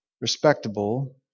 respectable